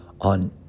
on